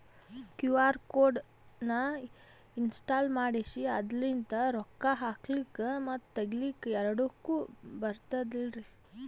QR code ನ install ಮಾಡೆಸಿ ಅದರ್ಲಿಂದ ರೊಕ್ಕ ಹಾಕ್ಲಕ್ಕ ಮತ್ತ ತಗಿಲಕ ಎರಡುಕ್ಕು ಬರ್ತದಲ್ರಿ?